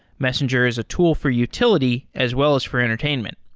messenger is a tool for utility as well as for entertainment.